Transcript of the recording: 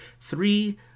Three